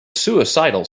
suicidal